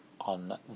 on